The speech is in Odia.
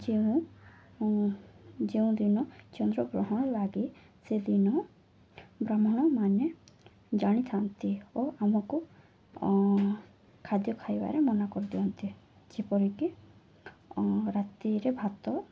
ଯେଉଁ ଯେଉଁ ଦିନ ଚନ୍ଦ୍ରଗ୍ରହଣ ଲାଗେ ସେଦିନ ବ୍ରାହ୍ମଣମାନେ ଜାଣିଥାନ୍ତି ଓ ଆମକୁ ଖାଦ୍ୟ ଖାଇବାରେ ମନା କରିଦିଅନ୍ତି ଯେପରିକି ରାତିରେ ଭାତ